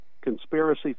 conspiracy